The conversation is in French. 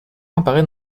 apparaît